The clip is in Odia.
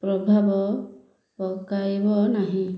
ପ୍ରଭାବ ପକାଇବ ନାହିଁ